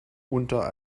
unter